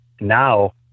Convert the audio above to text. Now